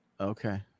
Okay